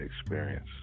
experience